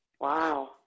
Wow